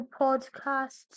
Podcasts